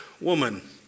woman